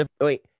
Wait